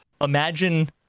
Imagine